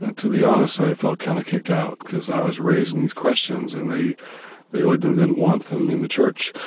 to be honest, i felt kind of kicked out, because i was raising these questions and they they really didn't didn't want them in the church.